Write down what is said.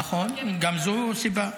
נכון, גם זו סיבה.